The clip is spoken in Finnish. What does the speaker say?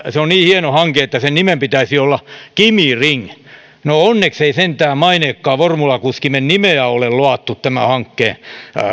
se on niin hieno hanke että sen nimen pitäisi olla kimi ring no onneksi ei sentään maineikkaan formulakuskimme nimeä ole loattu tämän hankkeen